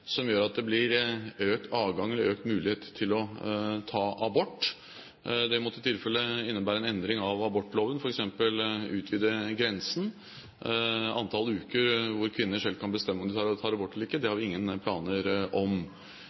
at det blir økt adgang eller økt mulighet til å ta abort. Det måtte i tilfelle innebære en endring av abortloven, f.eks. å utvide grensen for antall uker hvor kvinner selv kan bestemme om de vil ta abort eller ikke. Det har vi ingen planer om.